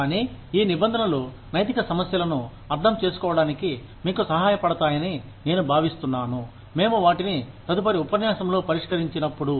కానీ ఈ నిబంధనలు నైతిక సమస్యలను అర్థం చేసుకోవడానికి మీకు సహాయపడతాయని నేను భావిస్తున్నాను మేము వాటిని తదుపరి ఉపన్యాసంలో పరిష్కరించినప్పుడు